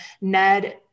Ned